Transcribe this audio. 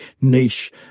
niche